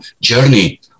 journey